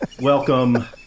welcome